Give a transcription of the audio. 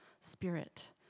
spirit